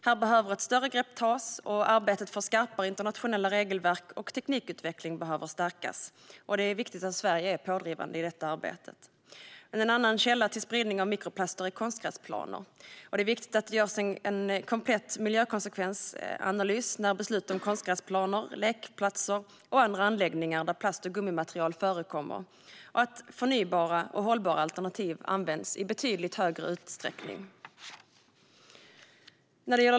Här behöver ett större grepp tas. Arbetet för skarpare internationella regelverk och för teknikutveckling behöver stärkas, och det är viktigt att Sverige är pådrivande i detta arbete. En annan källa till spridning av mikroplaster är konstgräsplaner. Det är viktigt att det görs en komplett miljökonsekvensanalys när man fattar beslut om konstgräsplaner, lekplatser och andra anläggningar där plast och gummimaterial förekommer. Det är också viktigt att förnybara och hållbara alternativ används i betydligt större utsträckning.